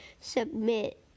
submit